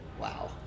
Wow